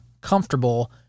comfortable